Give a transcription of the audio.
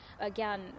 Again